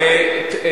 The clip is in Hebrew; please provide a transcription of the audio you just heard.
הוא יעשה את זה, ודאי.